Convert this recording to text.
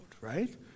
right